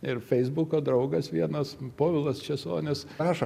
ir feisbuko draugas vienas povilas česonis rašo